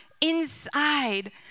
inside